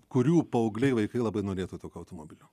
kurių paaugliai vaikai labai norėtų tokio automobilio